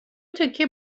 تکه